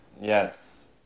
Yes